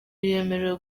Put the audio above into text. yemerewe